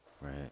Right